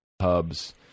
hubs